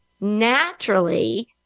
naturally